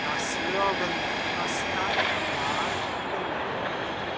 laß hören was deine wahl gelenkt